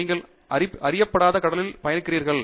நீங்கள் அறியப்படாத கடலில் பயணிக்கிறீர்கள்